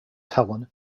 helene